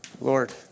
Lord